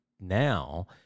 now